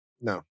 no